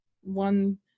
one